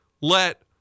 let